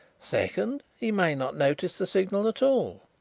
second, he may not notice the signal at all.